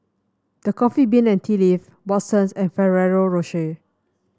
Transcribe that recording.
The Coffee Bean and Tea Leaf Watsons and Ferrero Rocher